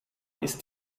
ist